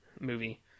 movie